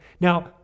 Now